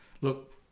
look